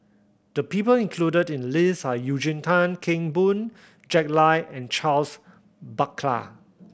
the people included in the list are Eugene Tan Kheng Boon Jack Lai and Charles Paglar